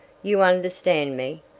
you understand me.